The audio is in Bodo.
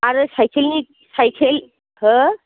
आरो साइकेलनि हा